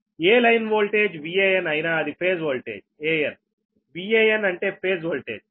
ఏ line voltage VAn అయినా అది phase voltage ANVAn అంటే ఫేజ్ వోల్టేజ్